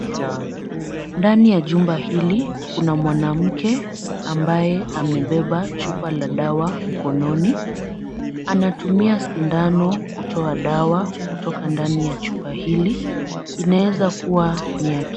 Ndani ya jumba hili kuna mwanamke ambaye amebeba chupa la dawa mkononi, anatumia sindano kutoa dawa kutoka ndani ya chupa hili, inaweza kuwa ni ya ki .